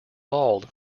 bald